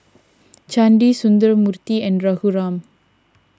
Chandi Sundramoorthy and Raghuram